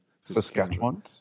Saskatchewan